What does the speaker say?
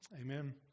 Amen